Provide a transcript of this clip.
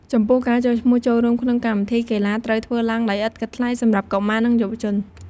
ចំពោះ ការចុះឈ្មោះចូលរួមក្នុងកម្មវិធីកីឡាត្រូវធ្វើឡើងដោយឥតគិតថ្លៃសម្រាប់កុមារនិងយុវជន។